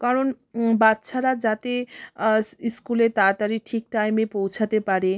কারণ বাচ্ছারা যাতে ইস স্কুলে তাতাড়ি ঠিক টাইমে পৌঁছাতে পারে